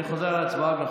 אני חוזר על ההצבעה.